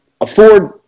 afford